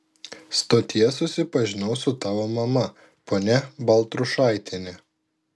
stotyje susipažinau su tavo mama ponia baltrušaitiene